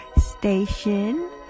station